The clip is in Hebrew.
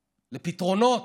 לפתרונות,